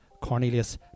Cornelius